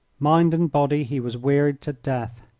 mind and body he was wearied to death.